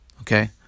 Okay